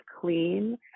clean